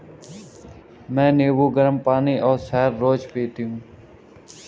मैं नींबू, गरम पानी और शहद रोज पीती हूँ